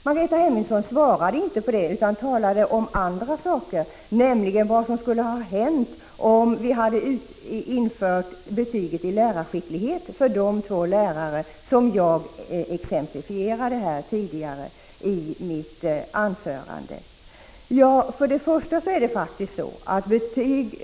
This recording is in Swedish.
Margareta Hemmingsson svarade inte på det, utan talade om andra saker, nämligen vad som skulle ha hänt om vi hade infört betyg i lärarskicklighet för de två lärarna i det exempel som jag tidigare gav i mitt anförande.